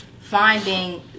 finding